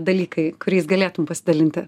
dalykai kuriais galėtum pasidalinti